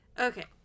Okay